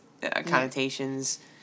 connotations